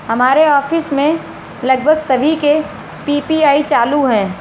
हमारे ऑफिस में लगभग सभी के पी.पी.आई चालू है